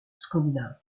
scandinave